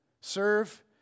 Serve